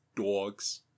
Dogs